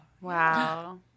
Wow